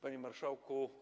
Panie Marszałku!